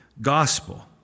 gospel